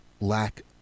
lack